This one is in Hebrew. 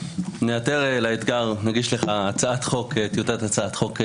ניעתר לאתגר, נגיש לך טיוטת הצעת חוק בעניין.